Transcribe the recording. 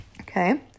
okay